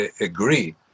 agree